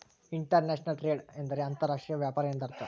inter national trade ಎಂದರೆ ಅಂತರ್ ರಾಷ್ಟ್ರೀಯ ವ್ಯಾಪಾರ ಎಂದರ್ಥ